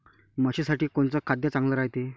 म्हशीसाठी कोनचे खाद्य चांगलं रायते?